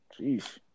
Jeez